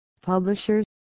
publishers